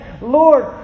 Lord